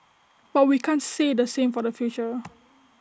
but we can't say the same for the future